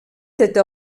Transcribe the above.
cette